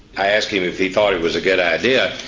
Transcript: i asked him if he thought it was a good idea,